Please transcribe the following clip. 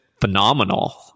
phenomenal